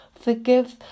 Forgive